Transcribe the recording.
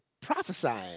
prophesying